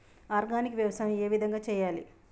Organic వ్యవసాయం ఏ విధంగా చేయాలి?